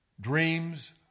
dreams